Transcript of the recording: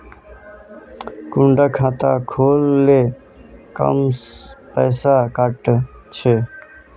कुंडा खाता खोल ले कम पैसा काट छे?